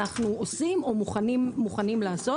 אנחנו עושים או מוכנים לעשות.